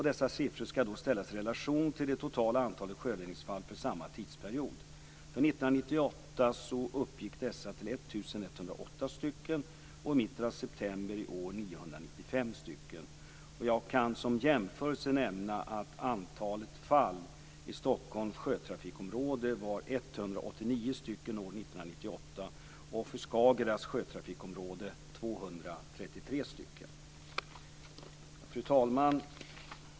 Dessa siffror ska ställas i relation till det totala antalet sjöräddningsfall under samma tidsperiod. För 1998 uppgick dessa till 1 108 och i mitten av september i år till 995. Som en jämförelse kan jag nämna att antalet fall i Stockholms sjötrafikområde var 189 år 1998 och i Skagerraks sjötrafikområde Fru talman!